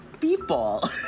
people